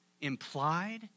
Implied